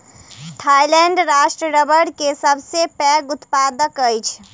Thailand राष्ट्र रबड़ के सबसे पैघ उत्पादक अछि